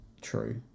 true